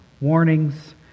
warnings